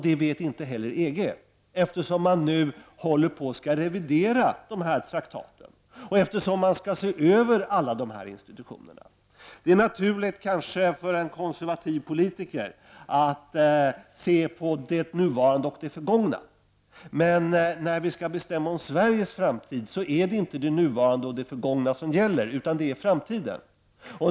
Det vet inte heller EG, eftersom man nu skall revidera sina traktater och se över alla institutioner. Det är kanske naturligt för en konservativ politiker att se till det nuvarande och det förgångna. Men när vi skall bestämma om Sveriges framtid är det inte det nuvarande och det förgångna som gäller utan det är framtiden.